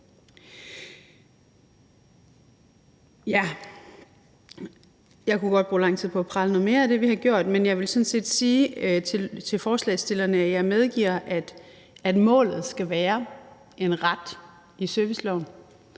set sige til forslagsstillerne, at jeg medgiver, at målet skal være en ret i serviceloven.